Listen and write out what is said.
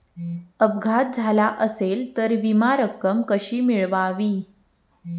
अपघात झाला असेल तर विमा रक्कम कशी मिळवावी?